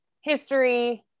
history